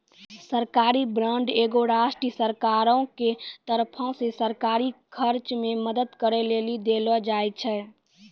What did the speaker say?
सरकारी बांड एगो राष्ट्रीय सरकारो के तरफो से सरकारी खर्च मे मदद करै लेली देलो जाय छै